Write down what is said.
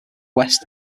west